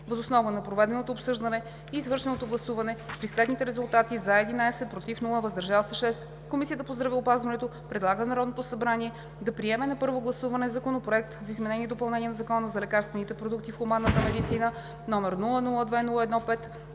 Въз основа на проведеното обсъждане и извършеното гласуване при следните резултати: 11 гласа „за“, без „против“ и 6 гласа „въздържал се“, Комисията по здравеопазването предлага на Народното събрание да приеме на първо гласуване Законопроект за изменение и допълнение на Закона за лекарствените продукти в хуманната медицина, № 002-01-5,